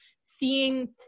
seeing